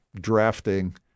drafting